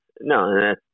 No